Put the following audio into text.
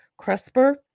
cresper